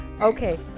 okay